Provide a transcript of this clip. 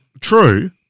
true